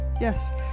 Yes